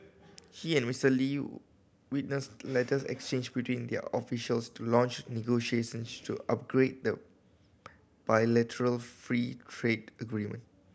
he and Mister Lee witnessed letters exchanged between their officials to launch negotiations to upgrade the bilateral free trade agreement